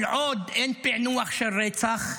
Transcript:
כל עוד אין פענוח של רצח,